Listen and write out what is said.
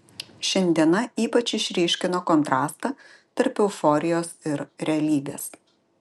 šiandiena ypač išryškino kontrastą tarp euforijos ir realybės